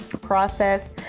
process